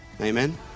Amen